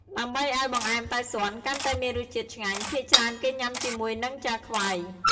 ដើម្បីឱ្យបង្អេម តៅស៊ន កាន់តែមានរសជាតិឆ្ងាញ់ ភាគច្រើនគេញុាំជាមួយនឹង ចាខ្វៃ។